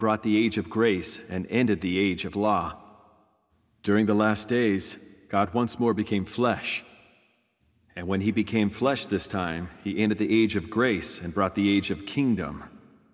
brought the age of grace and ended the age of law during the last days god once more became flesh and when he became flesh this time the end of the age of grace and brought the age of kingdom